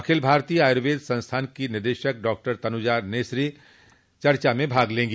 अखिल भारतीय आयुर्वेद संस्थान की निदेशक डॉक्टर तनुजा नेसरो चर्चा में भाग लेंगी